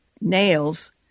nails